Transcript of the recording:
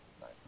nice